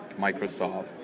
Microsoft